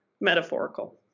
metaphorical